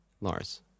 lars